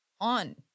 on